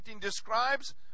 describes